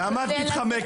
למה את מתחמקת?